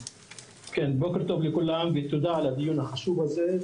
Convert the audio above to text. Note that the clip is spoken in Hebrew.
בוקר טוב לכולם ותודה על הדיון החשוב הזה,